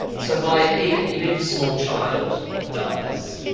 so by even even if a small child dies,